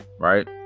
Right